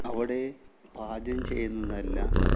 അവിടെ പാചകം ചെയ്യുന്നതെല്ലാം